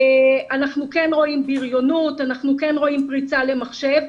אנחנו רואים בריונות, אנחנו רואים פריצה למחשב.